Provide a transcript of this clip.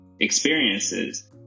experiences